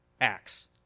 acts